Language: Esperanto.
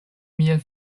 mian